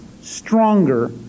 stronger